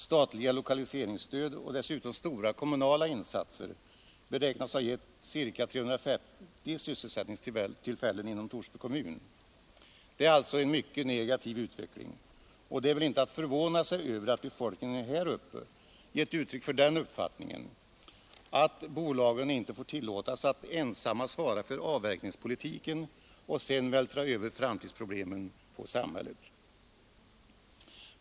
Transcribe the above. Statliga lokaliseringsstöd och dessutom stora kommunala insatser beräknas ha gett ca 350 sysselsättningstillfällen inom Torsby kommun. Det är alltså en mycket negativ utveckling, och det är väl inte att förvåna sig över att befolkningen här uppe gett uttryck för uppfattningen, att bolagen inte får tillåtas att ensamma svara för avverkningspolitiken och sedan vältra över framtidsproblemen på samhället.